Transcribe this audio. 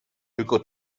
tylko